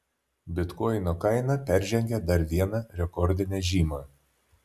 bitkoino kaina peržengė dar vieną rekordinę žymą